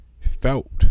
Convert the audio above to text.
felt